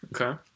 Okay